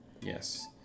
Yes